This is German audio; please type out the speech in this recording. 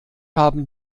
haben